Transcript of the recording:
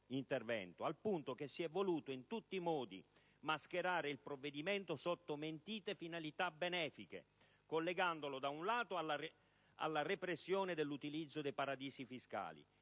al punto che si è voluto in tutti i modi mascherare il provvedimento sotto mentite finalità benefiche, collegandolo, da un lato, alla repressione dell'utilizzo dei paradisi fiscali